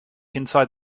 inside